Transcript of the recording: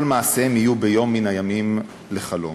וכל מעשיהם יהיו ביום מן הימים לחלום."